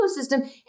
ecosystem